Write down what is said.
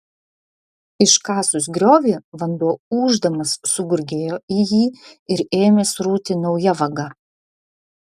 iškasus griovį vanduo ūždamas sugurgėjo į jį ir ėmė srūti nauja vaga